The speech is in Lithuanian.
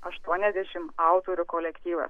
aštuoniasdešimt autorių kolektyvas